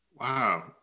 Wow